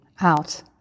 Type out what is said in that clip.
out